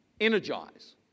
energize